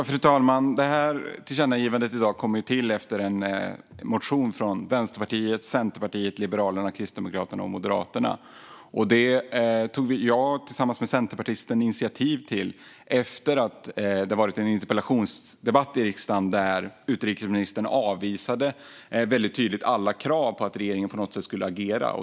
Fru talman! Detta tillkännagivande kom till efter en motion från Vänsterpartiet, Centerpartiet, Liberalerna, Kristdemokraterna och Moderaterna. Jag tog initiativ till detta tillsammans med centerpartisten efter att det varit en interpellationsdebatt i riksdagen där utrikesministern väldigt tydligt avvisade alla krav på att regeringen på något sätt skulle agera.